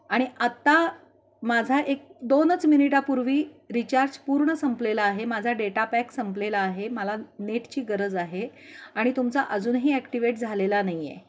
आणि आत्ता माझा एक दोनच मिनिटापूर्वी रिचार्ज पूर्ण संपलेला आहे माझा डेटा पॅक संपलेला आहे मला नेटची गरज आहे आणि तुमचा अजूनही ॲक्टिवेट झालेला नाही आहे